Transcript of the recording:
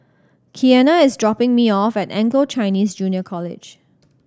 Keanna is dropping me off at Anglo Chinese Junior College